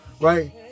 Right